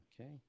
Okay